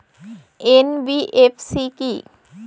NBFC কী?